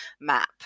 map